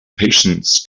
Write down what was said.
patience